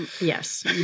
Yes